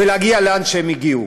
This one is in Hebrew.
ולהגיע לאן שהם הגיעו.